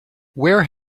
where